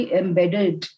embedded